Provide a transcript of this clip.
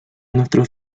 nuestros